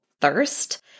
thirst